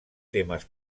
temes